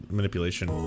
manipulation